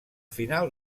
final